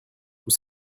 vous